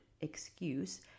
excuse